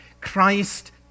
Christ